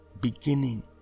beginning